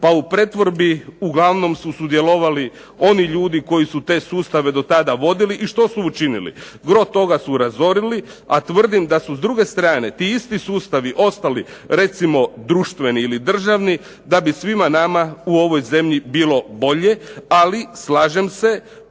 pa u pretvorbi uglavnom su sudjelovali oni ljudi koji su te sustave do tada vodili i što su učinili? Gro toga su razorili, a tvrdim da su s druge strane ti isti sustavi ostali, recimo društveni ili državni da bi svima nama u ovoj zemlji bilo bolje. Ali slažem se